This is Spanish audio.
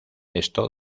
esto